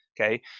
okay